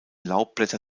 laubblätter